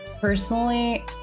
Personally